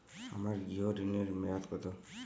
আমার গৃহ ঋণের মেয়াদ কত?